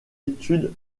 études